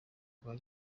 rwa